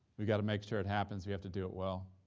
we got to make sure it happens. we have to do it well